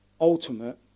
ultimate